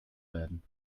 werden